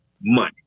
money